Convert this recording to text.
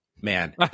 man